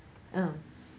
mm